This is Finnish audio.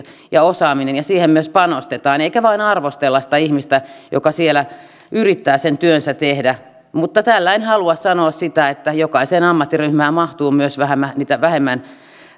ja osaaminen ja siihen myös panostetaan eikä vain arvostella sitä ihmistä joka siellä yrittää sen työnsä tehdä mutta tällä en halua sanoa sitä etteikö jokaiseen ammattiryhmään mahdu myös niitä vähemmän